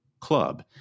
club